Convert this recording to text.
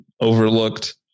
overlooked